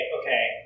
okay